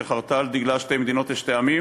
שחרתה על דגלה "שתי מדינות לשני עמים"